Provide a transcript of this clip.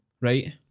Right